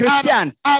Christians